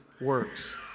works